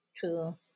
Cool